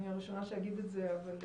אני בין הראשונים שיאמרו את זה ואני